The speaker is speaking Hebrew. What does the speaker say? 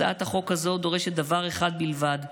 הצעת החוק הזאת דורשת דבר אחד בלבד,